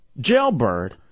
Jailbird